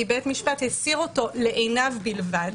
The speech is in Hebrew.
כי בית המשפט הסיר אותו לעיניו בלבד,